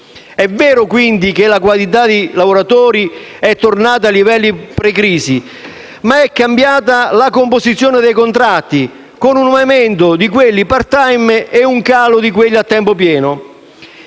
È vero, quindi, che la quantità dei lavoratori è tornata a livelli pre-crisi, ma è cambiata la composizione dei contratti, con un aumento di quelli *part-time* e un calo di quelli a tempo pieno.